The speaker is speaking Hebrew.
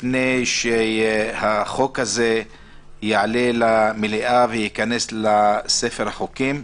לפני שהחוק הזה יעלה למליאה וייכנס לספר החוקים.